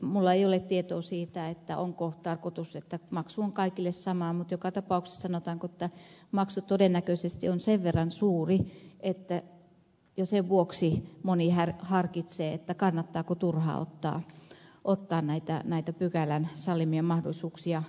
minulla ei ole tietoa siitä onko tarkoitus että maksu on kaikille sama mutta joka tapauksessa sanotaanko maksu todennäköisesti on sen verran suuri että jo sen vuoksi moni harkitsee kannattaako turhaan ottaa näitä pykälän sallimia mahdollisuuksia käyttöön